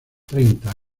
treinta